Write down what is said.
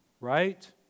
Right